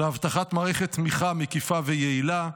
להבטחת מערכת תמיכה מקיפה ויעילה,